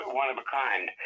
one-of-a-kind